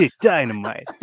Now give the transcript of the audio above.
Dynamite